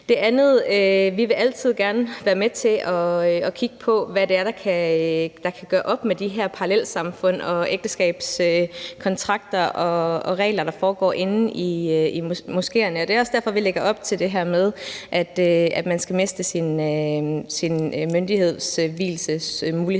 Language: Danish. med til at kigge på, hvad det er, der kan gøre op med de her parallelsamfund og ægteskabskontrakter og -regler, der foregår inde i moskéerne, og det er også derfor, at vi lægger op til det her med, at man skal miste sin myndighedsvielsesmulighed